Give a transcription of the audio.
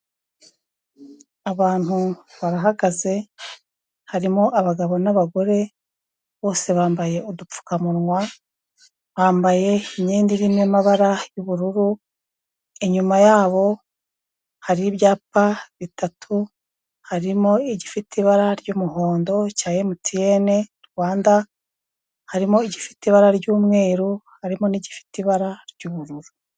Abantu barahagaze, harimo abagabo n'abagore, bose bambaye udupfukamunwa bambaye imyenda irimo amabara yubururu inyuma yabo hari ibyapa bitatu, harimo igifite ibara ry'umuhondo cya MTN Rwanda harimo gifite ibara ry'umweru, harimo n'igifite ibara ry'ubururu.